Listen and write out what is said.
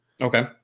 Okay